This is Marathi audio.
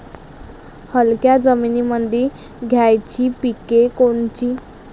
हलक्या जमीनीमंदी घ्यायची पिके कोनची?